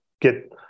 get